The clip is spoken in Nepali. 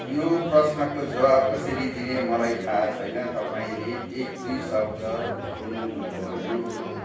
यो प्रश्नको जवाब कसरी दिने मलाई थाहा छैन तपाईँले एक दुई शब्द छोड्नुभयो